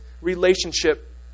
relationship